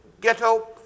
ghetto